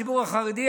הציבור החרדי,